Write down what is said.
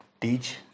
teach